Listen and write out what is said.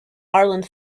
ireland